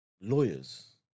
lawyers